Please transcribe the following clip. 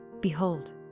Behold